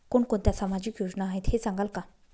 कोणकोणत्या सामाजिक योजना आहेत हे सांगाल का?